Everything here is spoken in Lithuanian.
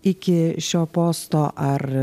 iki šio posto ar